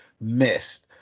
missed